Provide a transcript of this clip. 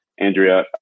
Andrea